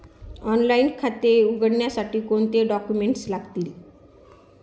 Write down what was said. Online खाते उघडण्यासाठी कोणते डॉक्युमेंट्स लागतील?